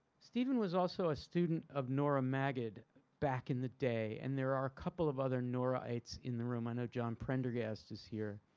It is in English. stephen was also a student of nora magid back in the day and there are a couple of other nora-ites in the room. i know john prendergast is here.